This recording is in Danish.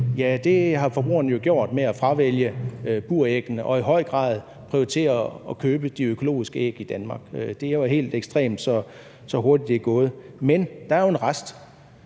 Ja, det har forbrugerne jo gjort ved at fravælge buræggene og ved i høj grad at prioritere at købe de økologiske æg i Danmark. Det er jo helt ekstremt, så hurtigt det er gået. Men der er jo en rest.